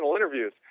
interviews